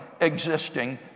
existing